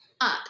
up